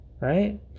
Right